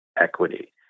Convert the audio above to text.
Equity